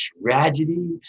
tragedy